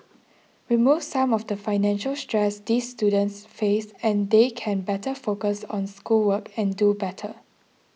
remove some of the financial stress these students face and they can better focus on schoolwork and do better